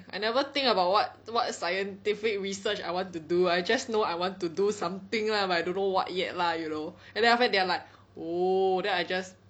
I never think about what what scientific research I want to do I just know I want to do something lah but I don't know what yet lah you know and then after that they are like oo then I just mm